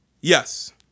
Yes